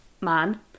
man